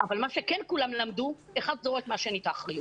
אבל כולם למדו לזרוק מן האחד לשני את האחריות.